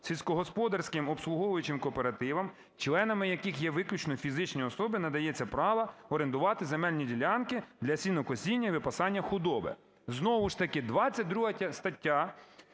"Сільськогосподарським обслуговуючим кооперативам, членами яких є виключно фізичні особи, надається право орендувати земельні ділянки для сінокосіння і випасання худоби". Знову ж таки 22 стаття